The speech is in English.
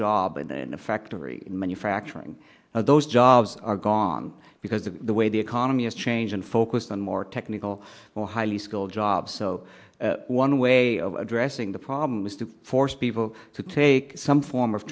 then a factory in manufacturing now those jobs are gone because of the way the economy has changed and focused on more technical more highly skilled jobs so one way of addressing the problem is to force people to take some form of